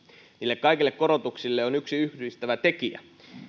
niille kaikille korotuksille on yksi yhdistävä tekijä